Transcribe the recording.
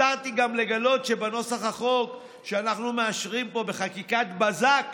הופתעתי גם לגלות שבנוסח החוק שאנחנו מאשרים פה בחקיקת בזק,